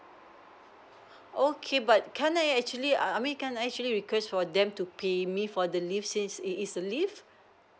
okay but can't I actually I mean can't I actually request for them to pay me for the leave since it is a leave